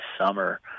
summer